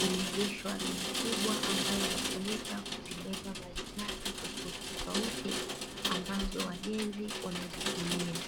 imeegeshwa gari kubwa ambayo inatumika kuzibeba malighafi tofauti tofauti ambazo wajenzi wanazitumia.